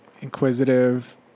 Inquisitive